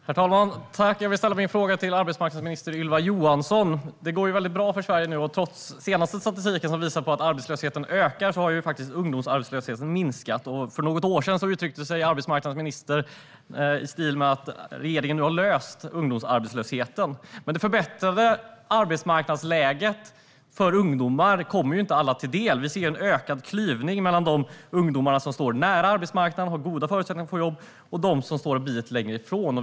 Herr talman! Jag vill ställa min fråga till arbetsmarknadsminister Ylva Johansson. Det går ju väldigt bra för Sverige nu, och trots den senaste statistiken, som visar att arbetslösheten ökar, har ungdomsarbetslösheten faktiskt minskat. För något år sedan sa arbetsmarknadsministern något i stil med att regeringen nu har löst ungdomsarbetslösheten. Men det förbättrade arbetsmarknadsläget för ungdomar kommer inte alla till del. Vi ser en ökad klyvning mellan de ungdomar som står nära arbetsmarknaden och har goda förutsättningar att få jobb och de som står en bit längre ifrån.